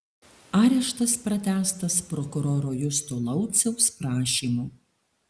areštas pratęstas prokuroro justo lauciaus prašymu